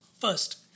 First